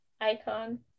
icon